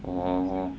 orh